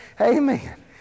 Amen